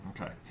Okay